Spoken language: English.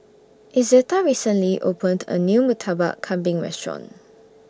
Izetta recently opened A New Murtabak Kambing Restaurant